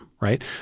right